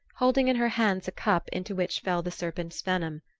holding in her hands a cup into which fell the serpent's venom,